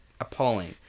appalling